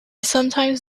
sometimes